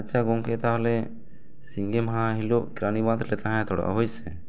ᱟᱪᱪᱷᱟ ᱜᱚᱢᱠᱮ ᱛᱟᱦᱚᱞᱮ ᱥᱤᱸᱜᱮ ᱢᱟᱦᱟ ᱦᱤᱞᱳᱜ ᱠᱮᱨᱟᱱᱤ ᱵᱟᱸᱫᱽ ᱨᱮᱞᱮ ᱛᱟᱦᱮᱸ ᱦᱟᱛᱟᱲᱚᱜᱼᱟ ᱦᱳᱭᱥᱮ